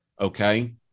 okay